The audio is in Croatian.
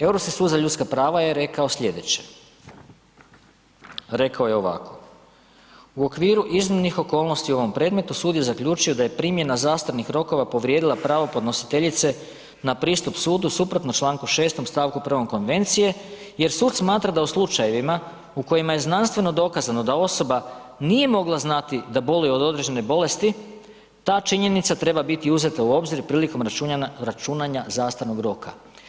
Europski sud za ljudska prava je rekao slijedeće, rekao je ovako, u okviru iznimnih okolnosti u ovom predmetu, sud je zaključio da je primjena zastarnih rokova povrijedila pravo podnositeljice na pristup sudu suprotno članku 6. stavku 1. Konvencije jer sud smatra da u slučajevima u kojima je znanstveno dokazano da osoba nije mogla znati da boluje od određene bolesti, ta činjenica treba biti uzeta u obzir prilikom računanja zastarnog roka.